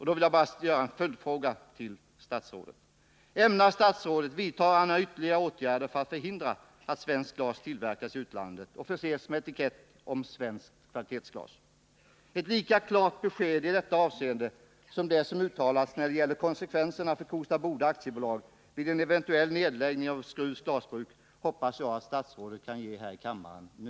Då vill jag ställa en följdfråga till statsrådet: Ämnar statsrådet vidta ytterligare åtgärder för att förhindra att svenskt glas tillverkas i utlandet och förses med etikett om svenskt kvalitetsglas? Ett lika klart besked i detta avseende som det som ges om konsekvenserna för Kosta Boda AB vid en eventuell nedläggning av Skrufs Glasbruk hoppas jag att statsrådet kan ge i kammaren nu.